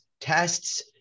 tests